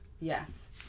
Yes